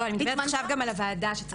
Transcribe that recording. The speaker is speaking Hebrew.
לא, אני מדברת עכשיו גם על הוועדה שצריך להקים.